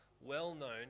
well-known